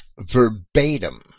verbatim